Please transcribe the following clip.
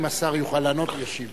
אם השר יכול לענות הוא ישיב.